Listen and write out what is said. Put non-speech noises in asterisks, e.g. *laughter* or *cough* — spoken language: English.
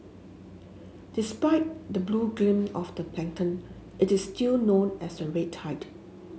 despite the blue gleam of the *unintelligible* it is still known as a red tide